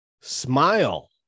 Smile